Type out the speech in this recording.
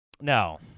No